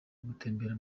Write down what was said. gutembera